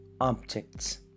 objects